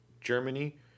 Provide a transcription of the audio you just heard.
Germany